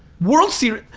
world series.